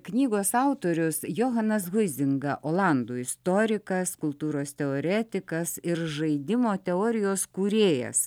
knygos autorius johanas huizinga olandų istorikas kultūros teoretikas ir žaidimo teorijos kūrėjas